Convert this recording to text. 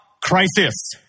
Crisis